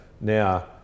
now